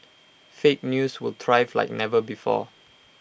fake news will thrive like never before